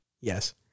Yes